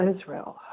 Israel